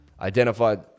Identified